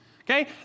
Okay